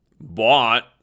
bought